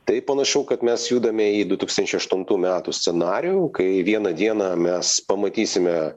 tai panašu kad mes judame į du tūkstančiai aštuntų metų scenarijų kai vieną dieną mes pamatysime